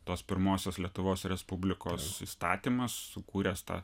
tos pirmosios lietuvos respublikos įstatymas sukūręs tą